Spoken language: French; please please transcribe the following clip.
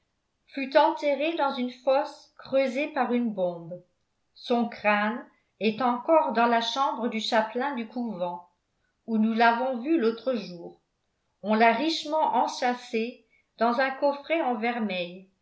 plaît fut enterré dans une fosse creusée par une bombe son crâne est encore dans la chambre du chapelain du couvent où nous l'avons vu l'autre jour on l'a richement enchâssé dans un coffret en vermeil